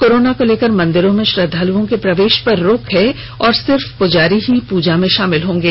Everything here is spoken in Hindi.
कोरोना को लेकर मंदिरों में श्रद्धालुओं के प्रवेश पर रोक है और सिर्फ पुजारी ही पूजा में शामिल होंगे